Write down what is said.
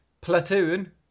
Platoon